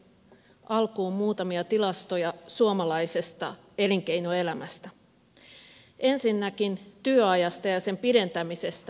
alkuun muutamia tilastoja suomalaisesta elinkeinoelämästä ensinnäkin työajasta ja sen pidentämisestä